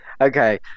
Okay